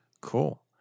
Cool